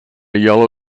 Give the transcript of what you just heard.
yellow